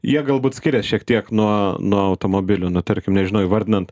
jie galbūt skirias šiek tiek nuo nuo automobilio nu tarkim nežinau įvardinant